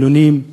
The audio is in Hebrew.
חילונים,